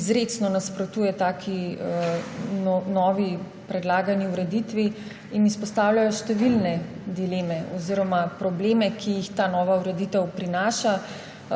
izrecno nasprotuje predlagani novi ureditvi. Izpostavljajo številne dileme oziroma probleme, ki jih ta nova ureditev prinaša,